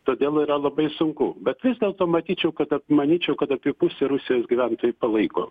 todėl yra labai sunku bet vis dėlto matyčiau kad manyčiau kad apie pusė rusijos gyventojų palaiko